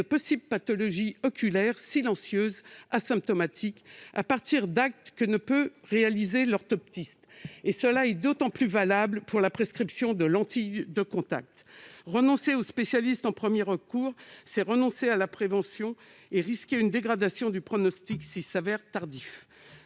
d'éventuelles pathologies oculaires « silencieuses », asymptomatiques, à partir d'actes que ne peut réaliser l'orthoptiste. Cela est d'autant plus valable pour la prescription de lentilles de contact. Renoncer aux spécialistes en premier recours, c'est renoncer à la prévention et risquer une dégradation du pronostic, s'il s'avère tardif.